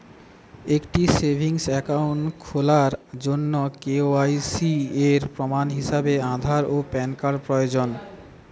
একটি savings account খোলার জন্য কে.ওয়াই.সি এর প্রমাণ হিসাবে আধার ও প্যান কার্ড প্রয়োজন